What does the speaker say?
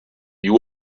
you